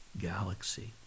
Galaxy